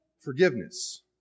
Forgiveness